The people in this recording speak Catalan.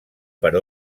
per